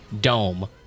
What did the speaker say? dome